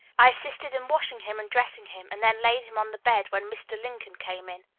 i assisted in washing him and dressing him, and then laid him on the bed, when mr. lincoln came in.